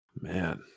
Man